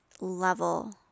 level